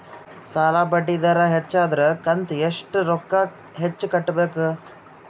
ಸಾಲಾ ಬಡ್ಡಿ ದರ ಹೆಚ್ಚ ಆದ್ರ ಕಂತ ಎಷ್ಟ ರೊಕ್ಕ ಹೆಚ್ಚ ಕಟ್ಟಬೇಕು?